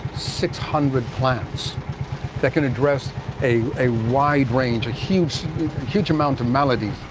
six hundred plants that can address a wide range, a huge huge amount of maladies.